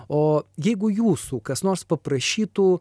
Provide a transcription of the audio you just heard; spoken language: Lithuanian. o jeigu jūsų kas nors paprašytų